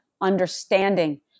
understanding